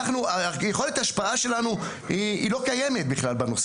יכולת ההשפעה שלנו בנושא הזה לא קיימת.